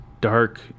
dark